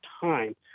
time